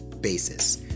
basis